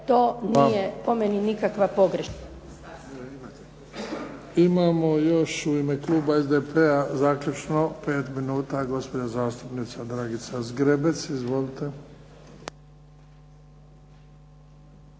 to nije po meni nikakva pogreška.